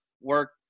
work